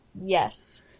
yes